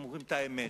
הם אומרים את האמת.